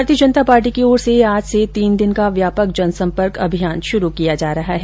भारतीय जनता पार्टी की ओर से आज से तीन दिन का व्यापक जनसंपर्क अभियान शुरू किया जा रहा है